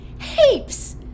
Heaps